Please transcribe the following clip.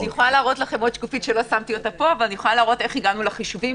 אני יכולה להראות איך הגענו לחישובים,